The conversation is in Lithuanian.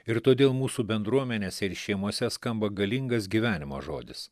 ir todėl mūsų bendruomenėse ir šeimose skamba galingas gyvenimo žodis